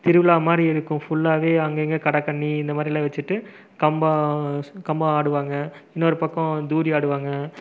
திருவிழா மாதிரி இருக்கும் ஃபுல்லாவே அங்கே இங்கே கடை கன்னி இந்த மாதிரிலாம் வச்சிட்டு கம்பம் ஆடுவாங்கள் இன்னொரு பக்கம் தூரி ஆடுவாங்கள்